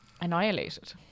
annihilated